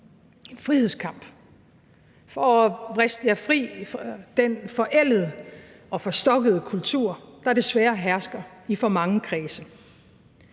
en frihedskamp for at vriste jer fri af den forældede og forstokkede kultur, der desværre hersker i for mange kredse.